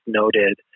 noted